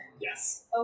Yes